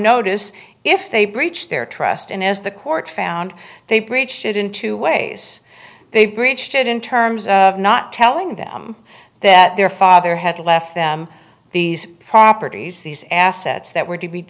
notice if they breach their trust and as the court found they breached it in two ways they breached it in terms of not telling them that their father had left them these properties these assets that were to be